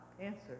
answer